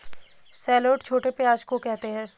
shallot छोटे प्याज़ को कहते है